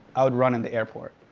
i would run in the airport.